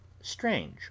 strange